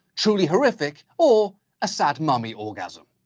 truly horrific, or a sad mummy orgasm.